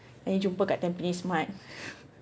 I jumpa kat Tampines mart